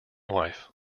wife